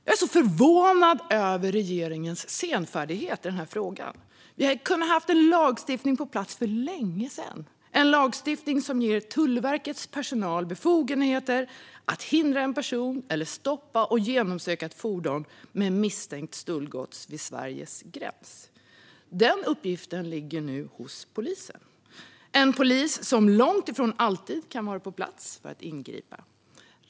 Jag är förvånad över regeringens senfärdighet i denna fråga. Vi kunde ha haft en lagstiftning på plats för länge sedan - en lagstiftning som ger Tullverkets personal befogenhet att kvarhålla en person eller stoppa och genomsöka ett fordon med misstänkt stöldgods vid Sveriges gräns. Denna uppgift ligger nu hos polisen - en polis som långt ifrån alltid kan vara på plats för att ingripa.